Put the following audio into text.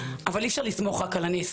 אבל אי אפשר לסמוך רק על הנס,